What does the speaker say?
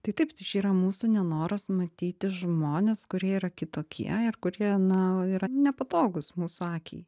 tai taip čia yra mūsų nenoras matyti žmones kurie yra kitokie ir kurie na yra nepatogūs mūsų akiai